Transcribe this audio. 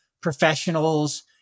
professionals